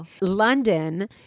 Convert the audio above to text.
London